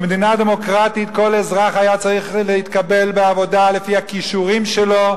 במדינה דמוקרטית כל אזרח היה צריך להתקבל לעבודה לפי הכישורים שלו,